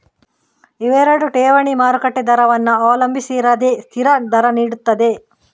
ಇವೆರಡು ಠೇವಣಿ ಮಾರುಕಟ್ಟೆ ದರವನ್ನ ಅವಲಂಬಿಸಿರದೆ ಸ್ಥಿರ ದರ ನೀಡ್ತದೆ